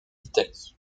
d’italie